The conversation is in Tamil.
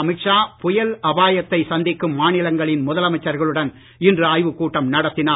அமித்ஷா புயல் அபாயத்தை சந்திக்கும் மாநிலங்களின் முதலமைச்சர்களுடன் இன்று ஆய்வுக் கூட்டம் நடத்தினார்